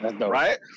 Right